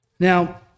Now